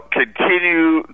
continue